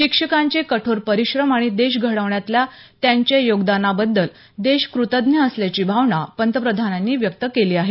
शिक्षकांचे कठोर परिश्रम आणि देश घडवण्यातल्या त्यांच्या योगदानाबद्दल देश कृतज्ञ असल्याची भावना पंतप्रधानांनी व्यक्त केली आहे